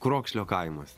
krokšlio kaimas